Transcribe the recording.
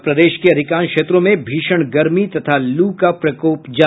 और प्रदेश के अधिकांश क्षेत्रों में भीषण गर्मी तथा लू का प्रकोप जारी